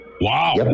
Wow